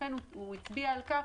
לכן הוא הצביע על כך